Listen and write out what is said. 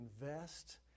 invest